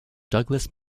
douglas